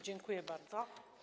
Dziękuję bardzo.